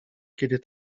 kiedy